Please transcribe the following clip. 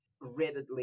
readily